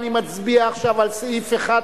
אני מצביע עכשיו על סעיף 1,